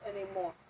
anymore